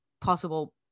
possible